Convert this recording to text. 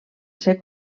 ser